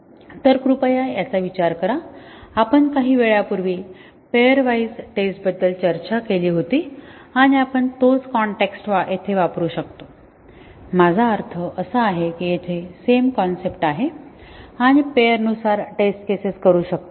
तर कृपया याचा विचार करा आपण काही वेळापूर्वी पेअर वाईज टेस्ट बद्दल चर्चा केली होती आणि आपण तोच कॉन्टेक्सट येथे वापरू शकतो माझा अर्थ असा आहे कि इथे सेम कॉन्सेप्ट आहे आणि पेअर नुसार टेस्ट केसेस करू शकतो